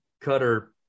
cutter